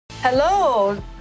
Hello